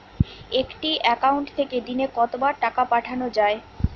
একটি একাউন্ট থেকে দিনে কতবার টাকা পাঠানো য়ায়?